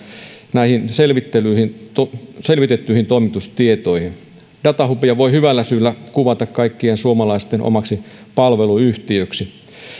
näihin selvitettyihin selvitettyihin toimitustietoihin datahubia voi hyvällä syyllä kuvata kaikkien suomalaisten omaksi palveluyhtiöksi